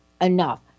enough